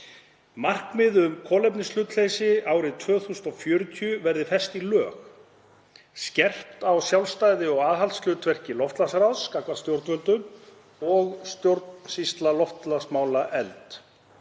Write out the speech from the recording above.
Markmið um kolefnishlutleysi árið 2040 verði fest í lög, skerpt á sjálfstæði og aðhaldshlutverki loftslagsráðs gagnvart stjórnvöldum og stjórnsýsla loftslagsmála efld.